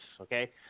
okay